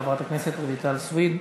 חברת הכנסת רויטל סויד,